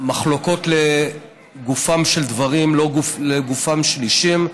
מחלוקות לגופם של דברים, לא לגופם של אישים.